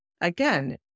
Again